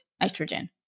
nitrogen